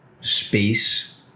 space